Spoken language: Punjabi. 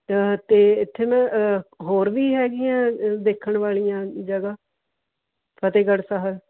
ਅਤੇ ਇੱਥੇ ਨਾ ਹੋਰ ਵੀ ਹੈਗੀਆਂ ਦੇਖਣ ਵਾਲੀਆਂ ਜਗ੍ਹਾ ਫਤਿਹਗੜ੍ਹ ਸਾਹਿਬ